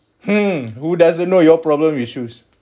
hmm who doesn't know your problem issues